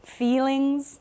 feelings